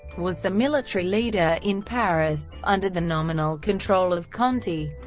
was the military leader in paris, under the nominal control of conti.